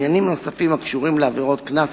עניינים נוספים הקשורים לעבירות קנס,